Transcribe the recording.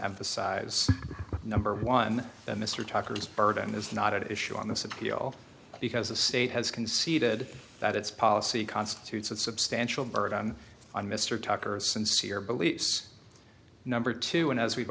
emphasize number one that mr tucker's burden is not at issue on this appeal because the state has conceded that its policy constitutes a substantial burden on mr tucker's sincere beliefs number two and as we've